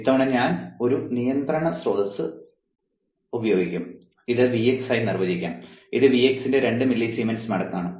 ഇത്തവണ ഞാൻ ഒരു നിയന്ത്രണ സ്രോതസ്സ് ഉപയോഗിക്കും ഇത് Vx ആയി നിർവചിക്കാം ഇത് Vx ന്റെ 2 മില്ലിസീമെൻസ് മടങ്ങാണ്